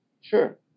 Sure